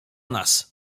nas